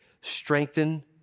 strengthen